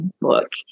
book